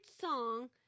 song